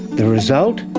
the result?